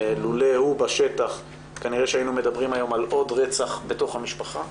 לולא הוא בשטח נראה שהיינו מדברים היום על עוד רצח בתוך המשפחה.